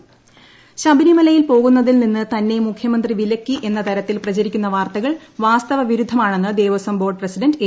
Devaswom board പ്രസ ശബരിമലയിൽ പോകുന്നതിൽ ് നിന്ന് തന്നെ മുഖ്യമന്ത്രി വിലക്കി എന്ന തരത്തിൽ പ്രച്ചരിക്കുന്ന വാർത്തകൾ വാസ്തവ വിരുദ്ധമാണെന്ന് ദേവസ്വം ബോർഡ് പ്രസിഡന്റ് എ